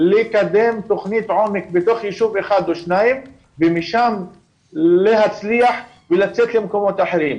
לקדם תוכנית עומק בתוך ישוב אחד או שניים ומשם לצאת למקומות אחרים,